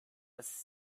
was